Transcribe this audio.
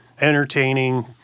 entertaining